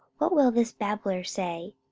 what will this babbler say?